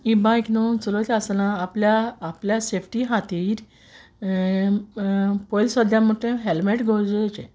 ही बायक न्हू चोलोयता आसतना आपल्या आपल्या सेफ्टी खातीर पोयलीं सद्द्यां म्हणटा तें हेल्मेट गोरजेचें